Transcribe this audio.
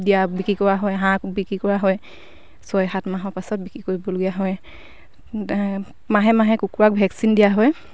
দিয়া বিক্ৰী কৰা হয় হাঁহ বিক্ৰী কৰা হয় ছয় সাত মাহৰ পাছত বিক্ৰী কৰিবলগীয়া হয় মাহে মাহে কুকুৰাক ভেকচিন দিয়া হয়